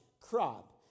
crop